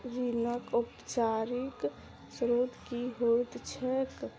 ऋणक औपचारिक स्त्रोत की होइत छैक?